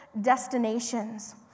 destinations